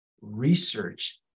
research